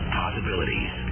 possibilities